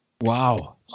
wow